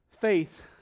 faith